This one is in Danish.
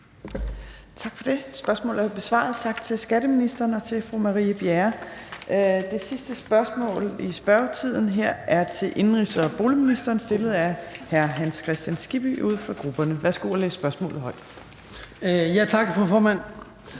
Tak for det. Spørgsmålet er besvaret. Tak til skatteministeren og til fru Marie Bjerre. Det sidste spørgsmål i spørgetiden er til indenrigs- og boligministeren, stillet af hr. Hans Kristian Skibby, uden for grupperne. Kl. 14:31 Spm. nr. S 910 16) Til